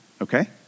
okay